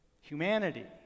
humanity